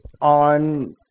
on